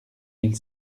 mille